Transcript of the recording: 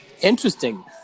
Interesting